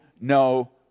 no